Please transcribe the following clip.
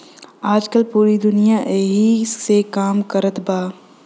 आजकल पूरी दुनिया ऐही से काम कारत बा